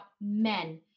men